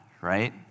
right